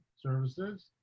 Services